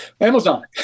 Amazon